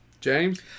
James